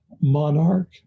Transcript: monarch